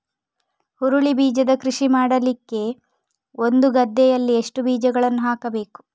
ಹುರುಳಿ ಬೀಜದ ಕೃಷಿ ಮಾಡಲಿಕ್ಕೆ ಒಂದು ಗದ್ದೆಯಲ್ಲಿ ಎಷ್ಟು ಬೀಜಗಳನ್ನು ಹಾಕಬೇಕು?